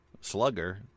slugger